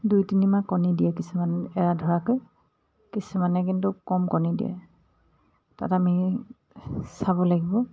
দুই তিনিমাহ কণী দিয়ে কিছুমান এৰা ধৰাকৈ কিছুমানে কিন্তু কম কণী দিয়ে তাত আমি চাব লাগিব